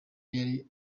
yari